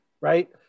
right